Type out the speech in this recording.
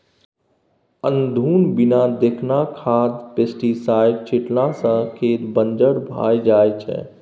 अनधुन बिना देखने खाद पेस्टीसाइड छीटला सँ खेत बंजर भए जाइ छै